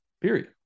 period